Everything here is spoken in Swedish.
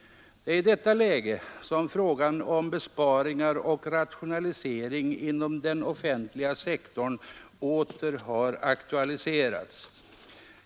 Det är i detta läge som frågan om besparingar och rationaliseringar inom den offentliga sektorn åter har aktualiserats.